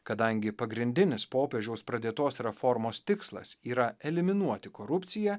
kadangi pagrindinis popiežiaus pradėtos reformos tikslas yra eliminuoti korupciją